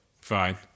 Fine